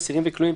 אסירים וכלואים),